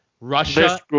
Russia